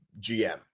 GM